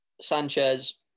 Sanchez